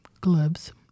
gloves